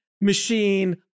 machine